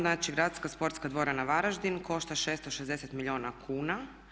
Znači gradska sportska dvorana Varaždin košta 660 milijuna kuna.